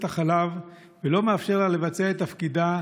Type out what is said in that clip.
החלב ולא מאפשר לה לבצע את תפקידה,